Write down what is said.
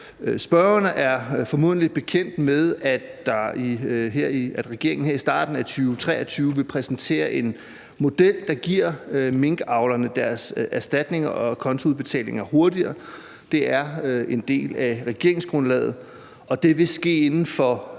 Spørgeren er formentlig bekendt med, at regeringen her i starten af 2023 vil præsentere en model, der giver minkavlerne deres erstatninger og kontoudbetalinger hurtigere. Det er en del af regeringsgrundlaget, og det vil ske inden for